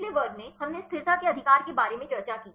पिछले वर्ग में हमने स्थिरता के अधिकार के बारे में चर्चा की